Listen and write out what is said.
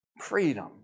Freedom